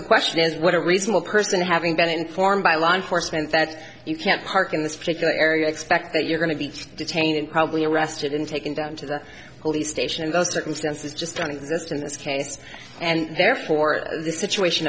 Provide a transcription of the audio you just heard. the question is what a reasonable person having been informed by law enforcement that you can't park in this particular area expect that you're going to be detained and probably arrested and taken down to the police station in those circumstances just don't exist in this case and therefore this situation